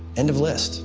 end of list